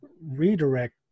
redirect